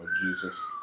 Jesus